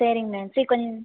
சரிங்க மேம் சீக் கொஞ்சம்